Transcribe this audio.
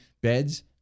beds